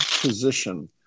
position